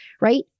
right